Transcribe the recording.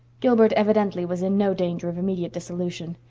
gilbert evidently was in no danger of immediate dissolution.